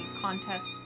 contest